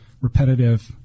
repetitive